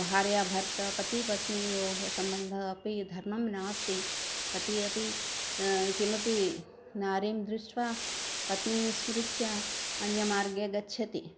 भार्या भर्ता पति पत्न्योः सम्बन्धः अपि धर्मः नास्ति पतिः अपि किमपि नारीं दृष्ट्वा पत्नीं विस्मृत्य अन्यमार्गे गच्छति